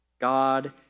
God